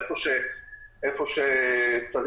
איפה שצריך,